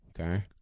okay